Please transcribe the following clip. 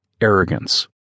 Arrogance